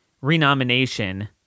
renomination